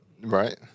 Right